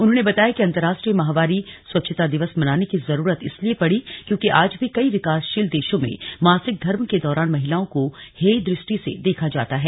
उन्होंने बताया कि अंतरराष्ट्रीय माहवारी स्वच्छता दिवस मनाने की जरूरत इसलिए पड़ी क्योंकि आज भी कई विकासशील देशों में मासिक धर्म के दौरान महिलाओं को हेय की दुष्टि से देखा जाता है